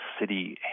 city